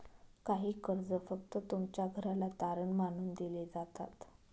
काही कर्ज फक्त तुमच्या घराला तारण मानून दिले जातात